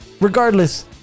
regardless